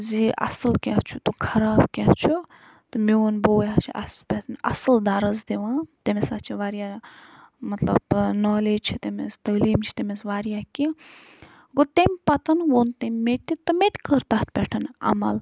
زِ اَصٕل کیٛاہ چھُ تہٕ خراب کیٛاہ چھُ تہٕ میون بوے ہہ چھِ اَسہِ پٮ۪ٹھ اَصٕل دَرٕس دِوان تٔمِس ہہ چھِ واریاہ مطلب نالیج چھِ تٔمِس تٲلیٖم چھِ تٔمِس واریاہ کیٚنہہ گوٚو تٔمۍ پتہٕ ووٚن تٔمۍ مےٚ تہِ تہٕ مےٚ تہِ کٔر تَتھ پٮ۪ٹھ عمل